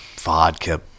vodka